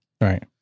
Right